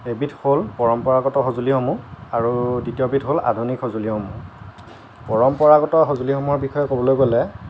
এবিধ হ'ল পৰম্পৰাগত সঁজুলিসমূহ আৰু দ্বিতীয়বিধ হ'ল আধুনিক সঁজুলিসমূহ পৰম্পৰাগত সঁজুলিসমূহৰ বিষয়ে ক'বলৈ গ'লে